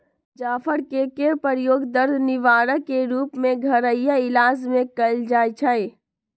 जाफर कें के प्रयोग दर्द निवारक के रूप में घरइया इलाज में कएल जाइ छइ